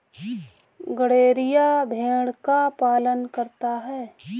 गड़ेरिया भेड़ का पालन करता है